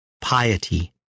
piety